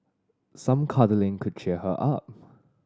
some cuddling could cheer her up